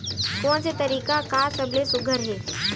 कोन से तरीका का सबले सुघ्घर हे?